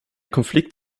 konflikt